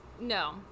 No